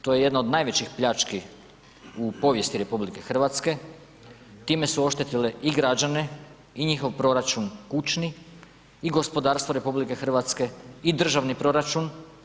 To je jedna od najvećih pljački u povijesti RH, time su oštetile i građane i njihov proračun kućni i gospodarstvo RH i državni proračun.